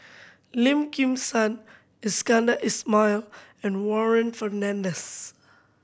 Lim Kim San Iskandar Ismail and Warren Fernandez